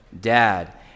dad